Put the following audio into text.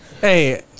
Hey